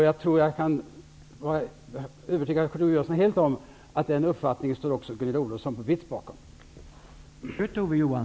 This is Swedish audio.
Jag tror jag kan övertyga Kurt Ove Johansson helt om att den uppfattningen står även Gunilla Olofsson på BITS bakom.